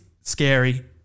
scary